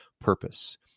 purpose